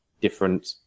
different